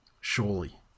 surely